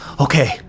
Okay